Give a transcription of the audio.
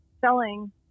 selling